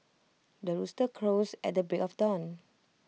the rooster crows at the break of dawn